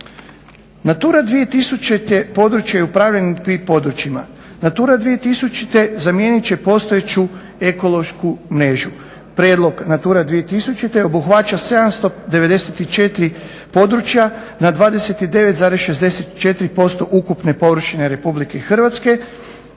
NATURA 2000 područje je upravljanja tim područjima. NATURA 2000 zamijenit će postojeću ekološku mrežu. Prijedlog NATURA 2000 obuhvaća 794 područja na 29,64% ukupne površine Republike Hrvatske,